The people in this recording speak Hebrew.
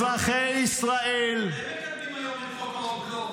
אזרחי ישראל --- אתם מקדמים היום את חוק הרוגלות